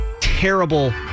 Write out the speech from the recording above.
terrible